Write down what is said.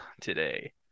today